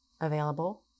available